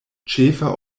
ĉefa